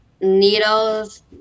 needles